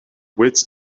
wits